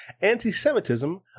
anti-Semitism